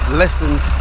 lessons